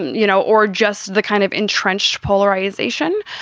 you know, or just the kind of entrenched polarization,